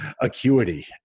acuity